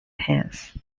hands